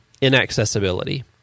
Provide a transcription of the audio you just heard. inaccessibility